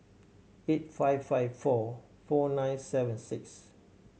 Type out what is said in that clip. eight five five four four nine seven six